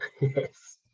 yes